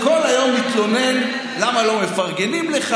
כל היום מתלונן למה לא מפרגנים לך,